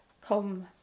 come